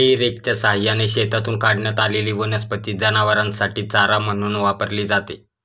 हेई रेकच्या सहाय्याने शेतातून काढण्यात आलेली वनस्पती जनावरांसाठी चारा म्हणून वापरली जाते